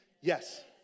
Yes